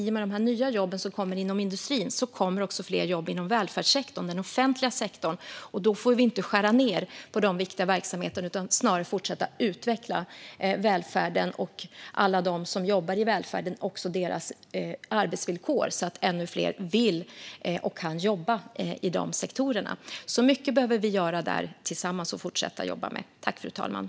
Med de nya jobben som kommer inom industrin kommer också fler jobb inom välfärdssektorn och den offentliga sektorn, och då ska vi inte skära ned på dessa viktiga verksamheter utan snarare fortsätta utveckla välfärden och arbetsvillkoren för alla som jobbar i välfärden så att ännu fler vill och kan jobba i de sektorerna. Vi behöver alltså göra och fortsätta jobba med mycket där - tillsammans.